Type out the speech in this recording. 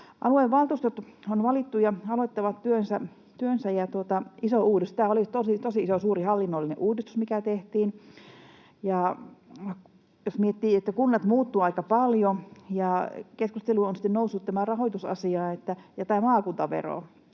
Aluevaltuustot on valittu, ja ne aloittavat työnsä, ja tämä oli tosi iso, suuri hallinnollinen uudistus, mikä tehtiin. Jos miettii, että kunnat muuttuvat aika paljon ja keskusteluun ovat nousseet rahoitusasia ja maakuntavero,